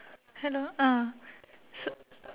hello uh s~